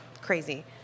crazy